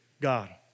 God